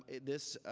this